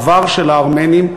העבר של הארמנים,